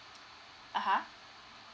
(uh huh)